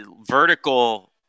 vertical